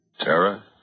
Tara